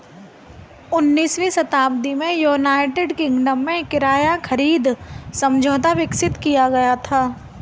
उन्नीसवीं शताब्दी में यूनाइटेड किंगडम में किराया खरीद समझौता विकसित किया गया था